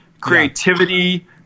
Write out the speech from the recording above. creativity